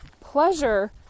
Pleasure